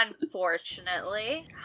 unfortunately